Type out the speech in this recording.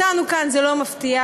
אותנו כאן זה לא מפתיע,